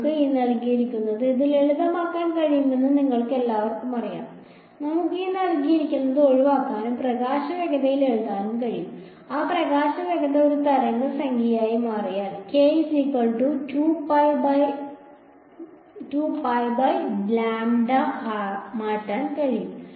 നമുക്ക് ഇത് ലളിതമാക്കാൻ കഴിയുമെന്ന് നിങ്ങൾക്കെല്ലാവർക്കും അറിയാം നമുക്ക് ഒഴിവാക്കാനും പ്രകാശവേഗതയിൽ എഴുതാനും കഴിയും ആ പ്രകാശവേഗത ഒരു തരംഗ സംഖ്യയായി മാറ്റാൻ കഴിയും